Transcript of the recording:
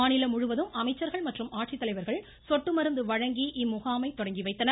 மாநிலம் முழுவதும் அமைச்சர்கள் மற்றும் ஆட்சித்தலைவர்கள் சொட்டு மருந்து வழங்கி இம்முகாமை தொடங்கிவைத்தனர்